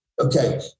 okay